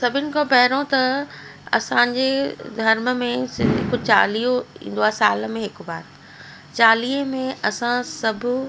सभिनि खां पहिरियों त असांजे धर्म में हिकु चालीहो ईंदो आहे साल में हिकु बार चालीहे में असां सभु